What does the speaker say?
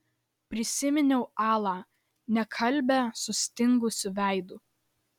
prisiminiau alą nekalbią sustingusiu veidu